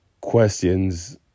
questions